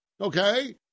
Okay